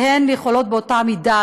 והן יכולות באותה מידה,